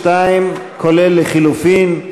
22, כולל לחלופין.